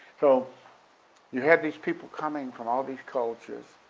so you had these people coming from all these cultures,